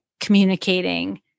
communicating